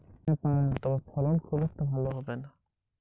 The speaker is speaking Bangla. আমি কি বেলে মাটিতে আক জাতীয় চাষ করতে পারি?